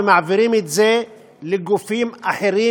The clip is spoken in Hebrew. ומעבירים את זה לגופים אחרים,